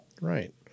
Right